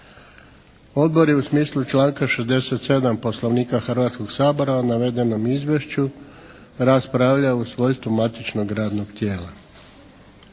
Odbor je u smislu članka 67. Poslovnika Hrvatskog sabora o navedenom izvješću raspravljao u svojstvu matičnog radnog tijela.